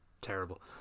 terrible